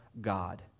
God